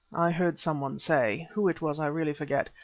heard some one say, who it was i really forget,